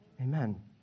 Amen